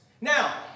Now